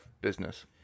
business